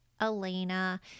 elena